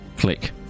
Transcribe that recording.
Click